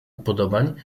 upodobań